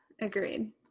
agreed